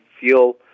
feel